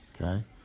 Okay